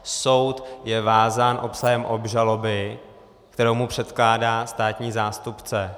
Soud je vázán obsahem obžaloby, kterou mu předkládá státní zástupce.